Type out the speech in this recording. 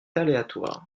aléatoire